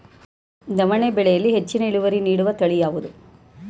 ನವಣೆ ಬೆಳೆಯಲ್ಲಿ ಹೆಚ್ಚಿನ ಇಳುವರಿ ನೀಡುವ ತಳಿ ಯಾವುದು?